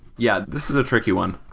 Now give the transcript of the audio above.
yeah, this is a tricky one.